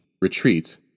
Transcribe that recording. Retreat